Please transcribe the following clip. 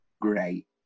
great